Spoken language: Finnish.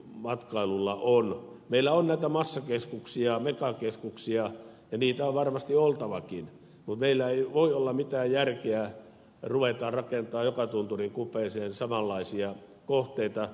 meillä on näitä massakeskuksia megakeskuksia ja niitä on varmasti oltavakin mutta meillä ei voi olla mitään järkeä ruveta rakentamaan joka tunturin kupeeseen samanlaisia kohteita